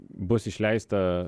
bus išleista